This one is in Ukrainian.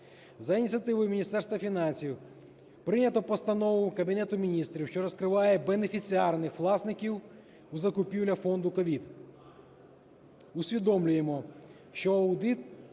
За ініціативою Міністерства фінансів прийнято постанову Кабінету Міністрів, що розкриває бенефіціарних власників в закупівлях фонду COVID. Усвідомлюємо, що аудит